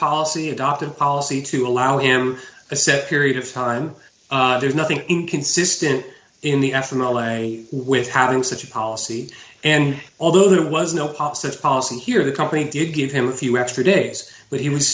policy adopted policy to allow him a set period of time there's nothing inconsistent in the after all a with having such a policy and although there was no positive policy here the company did give him a few extra days when he was